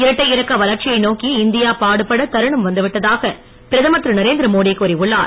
இரட்டை இலக்க வளர்ச்சியை நோக்கி இந்தியா பாடுபட தருணம் வந்துவிட்டதாக பிரதமர் திரு நரேந்திரமோடி கூறி உள்ளார்